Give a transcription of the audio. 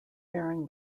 bearing